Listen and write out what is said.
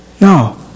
No